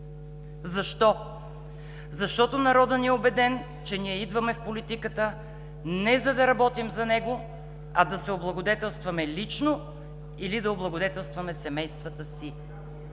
Защо? Защото народът ни е убеден, че ние идваме в политиката не за да работим за него, а да се облагодетелстваме лично или да облагодетелстваме семействата си.